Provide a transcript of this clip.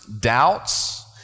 doubts